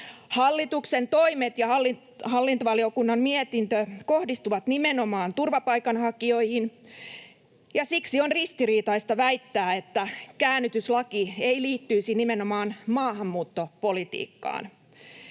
Hallituksen toimet ja hallintovaliokunnan mietintö kohdistuvat nimenomaan turvapaikanhakijoihin, ja siksi on ristiriitaista väittää, että käännytyslaki ei liittyisi nimenomaan maahanmuuttopolitiikkaan.